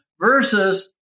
versus